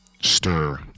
Stir